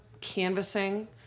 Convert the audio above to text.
canvassing